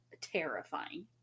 terrifying